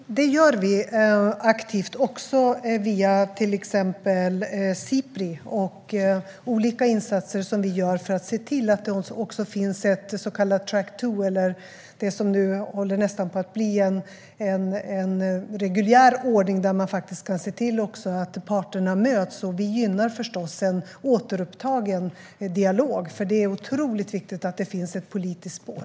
Herr talman! Det gör vi aktivt, också via till exempel Sipri. Det är olika insatser som vi gör för att se till att det finns ett så kallat track two eller, som nu nästan håller på att bli en reguljär ordning, att man ser till att parterna möts. Vi gynnar förstås en återupptagen dialog, för det är otroligt viktigt att det finns ett politiskt spår.